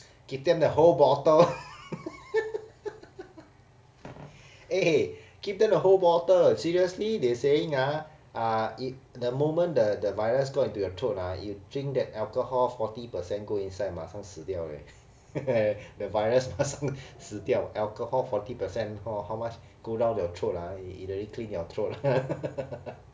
give them the whole bottle eh give them the whole bottle seriously they saying ah ah if the moment the the virus got into your throat ah if you drink that alcohol forty percent go inside 马上死掉 leh the virus 马上死掉 alcohol forty percent or how much go down the throat ah it really clean your throat